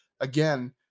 again